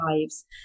Lives